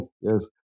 yes